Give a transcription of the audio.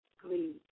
Please